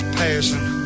passing